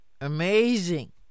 Amazing